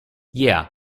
yeah